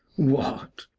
what!